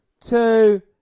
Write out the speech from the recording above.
two